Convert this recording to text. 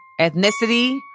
ethnicity